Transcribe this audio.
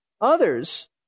others